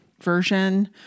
version